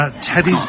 Teddy